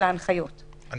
אני